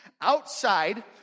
outside